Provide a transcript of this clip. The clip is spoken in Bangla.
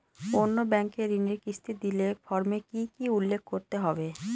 অন্য ব্যাঙ্কে ঋণের কিস্তি দিলে ফর্মে কি কী উল্লেখ করতে হবে?